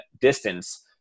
distance